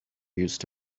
used